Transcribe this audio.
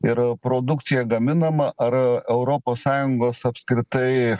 ir produkciją gaminamą ar europos sąjungos apskritai